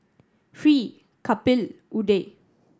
Hri Kapil Udai